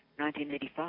1985